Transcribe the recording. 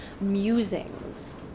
musings